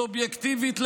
סובייקטיבית לגמרי,